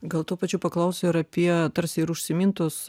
gal tuo pačiu paklausiu ir apie tarsi ir užsimintus